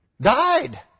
died